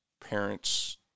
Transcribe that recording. Parents